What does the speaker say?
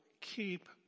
keep